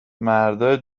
مردای